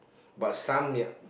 but some ya